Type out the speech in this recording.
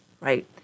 right